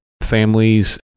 families